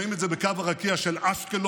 רואים את זה בקו הרקיע של אשקלון,